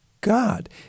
God